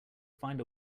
find